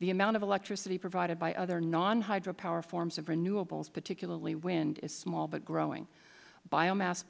the amount of electricity provided by other non hydro power forms of renewables particularly wind is small but growing biomas